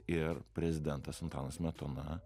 ir prezidentas antanas smetona